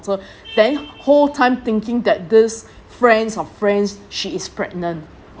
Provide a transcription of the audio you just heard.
then whole time thinking that this friend's of friends she is pregnant